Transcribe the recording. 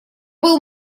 был